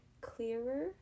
clearer